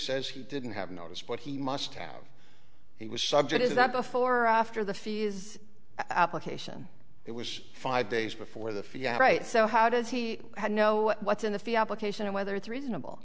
says he didn't have notice but he must have he was subject is that before or after the fees application it was five days before the few right so how does he have know what's in the field location and whether it's reasonable